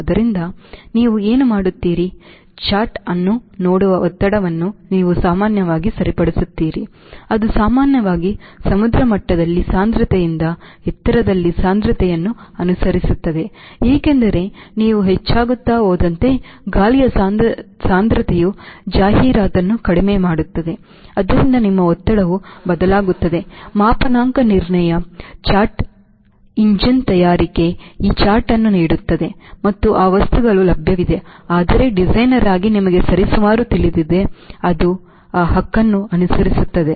ಆದ್ದರಿಂದ ನೀವು ಏನು ಮಾಡುತ್ತೀರಿ ಚಾರ್ಟ್ ಅನ್ನು ನೋಡುವ ಒತ್ತಡವನ್ನು ನೀವು ಸಾಮಾನ್ಯವಾಗಿ ಸರಿಪಡಿಸುತ್ತೀರಿ ಅದು ಸಾಮಾನ್ಯವಾಗಿ ಸಮುದ್ರ ಮಟ್ಟದಲ್ಲಿ ಸಾಂದ್ರತೆಯಿಂದ ಎತ್ತರದಲ್ಲಿ ಸಾಂದ್ರತೆಯನ್ನು ಅನುಸರಿಸುತ್ತದೆ ಏಕೆಂದರೆ ನೀವು ಹೆಚ್ಚಾಗುತ್ತಾ ಹೋದಂತೆ ಗಾಳಿಯ ಸಾಂದ್ರತೆಯು ಜಾಹೀರಾತನ್ನು ಕಡಿಮೆ ಮಾಡುತ್ತದೆ ಆದ್ದರಿಂದ ನಿಮ್ಮ ಒತ್ತಡವೂ ಬದಲಾಗುತ್ತದೆ ಮಾಪನಾಂಕ ನಿರ್ಣಯ ಚಾರ್ಟ್ ಎಂಜಿನ್ ತಯಾರಿಕೆ ಈ ಚಾರ್ಟ್ ಅನ್ನು ನೀಡುತ್ತದೆ ಮತ್ತು ಆ ವಸ್ತುಗಳು ಲಭ್ಯವಿದೆ ಆದರೆ ಡಿಸೈನರ್ ಆಗಿ ನಿಮಗೆ ಸರಿಸುಮಾರು ತಿಳಿದಿದೆ ಅದು ಆ ಹಕ್ಕನ್ನು ಅನುಸರಿಸುತ್ತದೆ